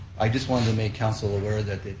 i just wanted to make council aware that,